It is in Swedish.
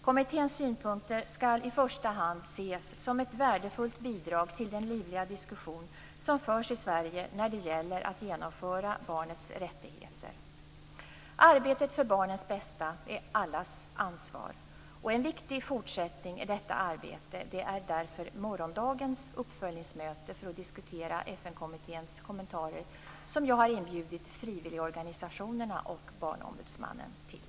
Kommitténs synpunkter skall i första hand ses som ett värdefullt bidrag till den livliga diskussion som förs i Sverige när det gäller att genomföra barnets rättigheter. Arbetet för barnets bästa är allas ansvar. En viktig fortsättning i detta arbete är därför morgondagens uppföljningsmöte för att diskutera FN-kommitténs kommentarer som jag inbjudit frivilligorganisationerna och Barnombudsmannen till.